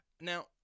Now